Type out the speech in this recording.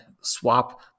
swap